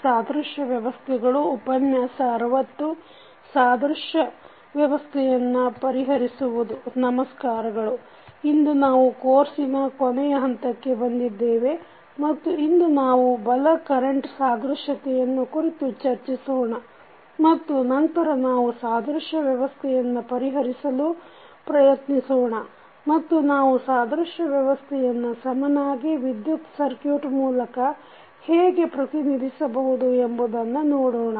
ಸಾದೃಶ್ಯ ವ್ಯವಸ್ಥೆಯನ್ನು ಪರಿಹರಿಸುವುದು ನಮಸ್ಕಾರಗಳು ಇಂದು ನಾವು ಕೋರ್ಸಿನ ಕೊನೆಯ ಹಂತಕ್ಕೆ ಬಂದಿದ್ದೇವೆ ಮತ್ತು ಇಂದು ನಾವು ಬಲ ಕರೆಂಟ್ ಸಾದೃಶ್ಯತೆಯನ್ನು ಕುರಿತು ಚರ್ಚಿಸೋಣ ಮತ್ತು ನಂತರ ನಾವು ಸಾದೃಶ್ಯ ವ್ಯವಸ್ಥೆಯನ್ನು ಪರಿಹರಿಸಲು ಪ್ರಯತ್ನಿಸೋಣ ಮತ್ತು ನಾವು ಸಾದೃಶ್ಯ ವ್ಯವಸ್ಥೆಯನ್ನು ಸಮನಾಗಿ ವಿದ್ಯುತ್ ಸಕ್ರ್ಯುಟ್ ಮೂಲಕ ಹೇಗೆ ಪ್ರತಿನಿಧಿಸಬಹುದು ಎಂಬುದನ್ನು ನೋಡೋಣ